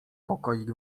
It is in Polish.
pokoik